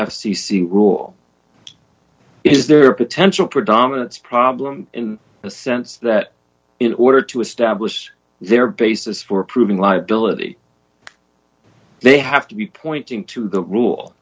c rule is there a potential predominance problem in the sense that in order to establish their basis for proving liability they have to be pointing to the rule